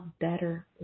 better